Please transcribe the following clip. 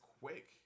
quick